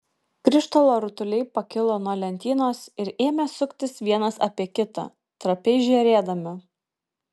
krištolo rutuliai pakilo nuo lentynos ir ėmė suktis vienas apie kitą trapiai žėrėdami